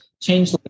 change